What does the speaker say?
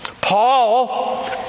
Paul